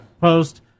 post